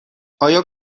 آیا